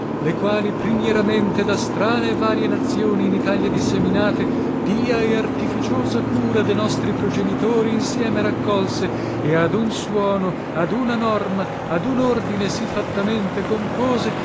le quali primieramente da strane e varie nazioni in italia disseminate pia e artificiosa cura de nostri progenitori insieme raccolse e ad un suono ad una norma ad un ordine sì fattamente compose